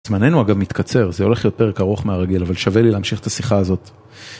זמננו אגב מתקצר, זה הולך להיות פרק ארוך מהרגל, אבל שווה לי להמשיך את השיחה הזאת.